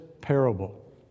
parable